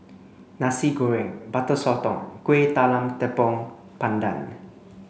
Nasi Goreng Butter Sotong and Kueh Talam Tepong Pandan